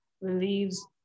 relieves